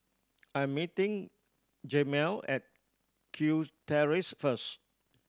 I'm meeting Jemal at Kew Terrace first